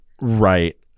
Right